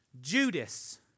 Judas